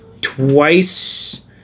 twice